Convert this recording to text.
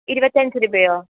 ഇരുപത്തഞ്ച് രൂപയോ